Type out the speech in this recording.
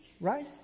right